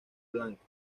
blanco